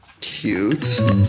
Cute